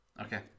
okay